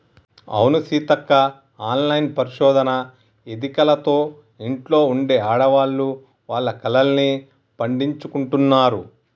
అవును సీతక్క ఆన్లైన్ పరిశోధన ఎదికలతో ఇంట్లో ఉండే ఆడవాళ్లు వాళ్ల కలల్ని పండించుకుంటున్నారు